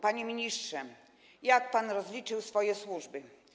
Panie ministrze, jak pan rozliczył swoje służby?